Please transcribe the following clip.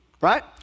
right